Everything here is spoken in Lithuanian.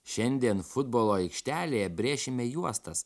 šiandien futbolo aikštelėje brėšime juostas